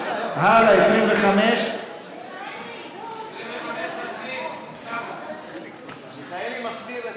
הלאה, 25. על